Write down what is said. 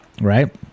right